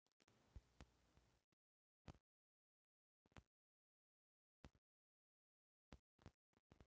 ओसौनी मे हवा के मदद से अनाज निचे लग्गे गिरेला अउरी कन्ना भूसा आगे फेंक देला